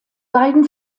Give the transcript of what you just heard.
beiden